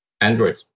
Android